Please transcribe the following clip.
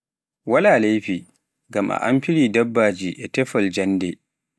Waala leifi ngam a afiiri dabbaaji e teffol njannde.